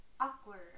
Awkward